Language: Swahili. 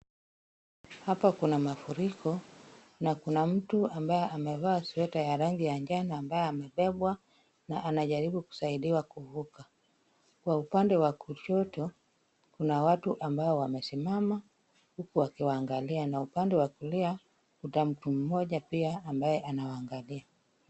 Hapa kuna mafuriko na kuna mtu ambaye amevaa sweta ya rangi ya njano ambaye amebebwa na anajaribu kusaidiwa kuvuka. Kwa upande wa kushoto, kuna watu ambao wamesimama wakiwaangalia na upande wa kulia kuna mtu mmoja pia ambaye anawaangalia.